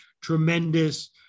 tremendous